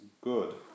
good